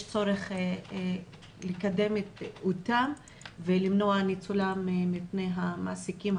יש צורך לקדם אותן ולמנוע ניצולן על ידי המעסיקים,